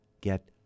get